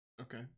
Okay